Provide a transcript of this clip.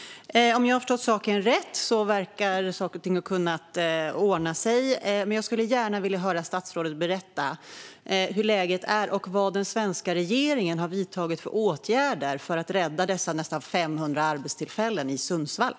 Om jag har förstått saken rätt har saker och ting ordnat sig. Men jag skulle gärna vilja höra statsrådet berätta hur läget är och vilka åtgärder som den svenska regeringen har vidtagit för att rädda dessa nästan 500 arbetstillfällen i Sundsvall.